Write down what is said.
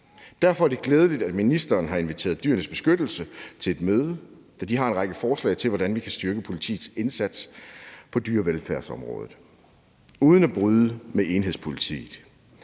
Derfor er det glædeligt, at ministeren har inviteret Dyrenes Beskyttelse til et møde, da de har en række forslag til, hvordan vi kan styrke politiets indsats på dyrevelfærdsområdet uden at bryde med enhedspolitiet.